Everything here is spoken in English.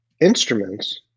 instruments